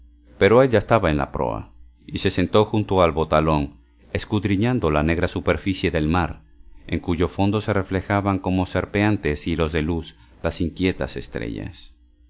pero él ya estaba en la proa y se sentó junto al botalón escudriñando la negra superficie del mar en cuyo fondo se reflejaban como serpeantes hilos de luz las inquietas estrellas